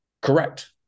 Correct